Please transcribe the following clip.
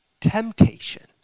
temptation